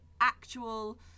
actual